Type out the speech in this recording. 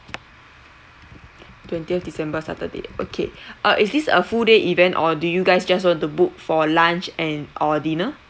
twentieth december saturday okay uh is this a full day event or do you guys just want to book for lunch and or dinner